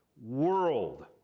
world